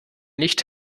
nicht